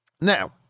Now